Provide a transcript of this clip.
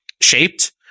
shaped